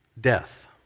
death